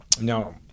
Now